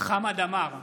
חמד עמאר,